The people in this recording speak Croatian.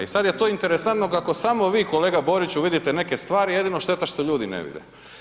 I sada je to interesantno kako samo vi kolega Boriću vidite neke stvari, jedino šteta što ljudi ne vide.